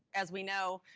as we know,